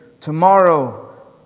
Tomorrow